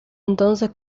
entonces